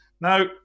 Now